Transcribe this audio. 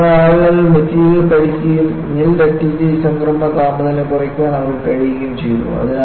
അതിനാൽ ആളുകൾ മെറ്റീരിയൽ പഠിക്കുകയും നിൽ ഡക്റ്റിലിറ്റി സംക്രമണ താപനില കുറയ്ക്കാൻ അവർക്ക് കഴിയുകയും ചെയ്തു